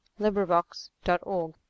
LibriVox.org